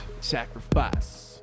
Sacrifice